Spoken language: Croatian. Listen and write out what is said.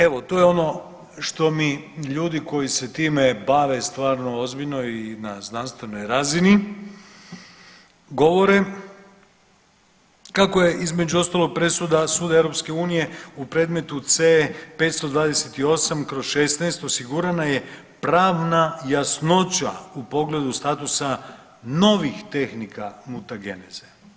Evo, to je ono što mi ljudi koji se time bave stvarno ozbiljno i na znanstvenoj razini govore kako je između ostalog presuda suda EU u predmetu C528/16 osigurana je pravna jasnoća u pogledu statusa novih tehnika mutagneze.